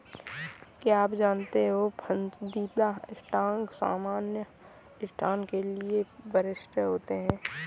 क्या आप जानते हो पसंदीदा स्टॉक सामान्य स्टॉक के लिए वरिष्ठ होते हैं?